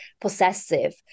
possessive